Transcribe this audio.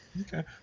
Okay